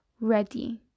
ready